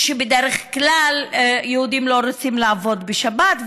בדרך כלל יהודים לא רוצים לעבוד בשבת,